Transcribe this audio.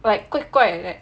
like 怪怪的